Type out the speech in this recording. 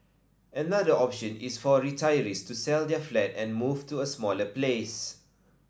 another option is for retirees to sell their flat and move to a smaller place